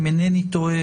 אם אינני טועה,